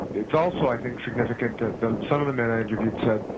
it's also i think significant that um some of the men i interviewed said,